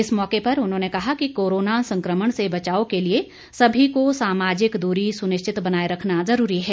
इस मौके पर उन्होंने कहा कि कोरोना संकमण से बचाव के लिए सभी को सामाजिक दूरी सुनिश्चित बनाए रखना जरूरी है